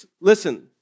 Listen